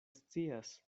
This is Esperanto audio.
scias